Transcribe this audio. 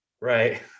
Right